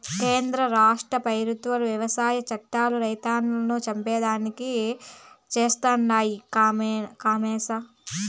కేంద్ర రాష్ట్ర పెబుత్వాలు వ్యవసాయ చట్టాలు రైతన్నలను చంపేదానికి చేస్తండాయి కామోసు